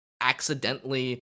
accidentally